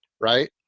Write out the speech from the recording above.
Right